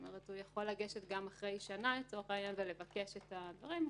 הוא יכול ללכת גם אחרי שנה לצורך העניין ולבקש את הדברים.